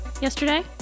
Yesterday